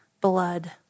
blood